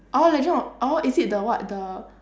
orh legend of orh is it the what the